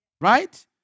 Right